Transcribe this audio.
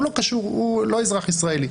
הוא לא קשור, הוא לא אזרח ישראלי.